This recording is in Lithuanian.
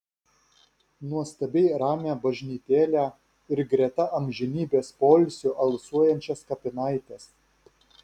nuostabiai ramią bažnytėlę ir greta amžinybės poilsiu alsuojančias kapinaites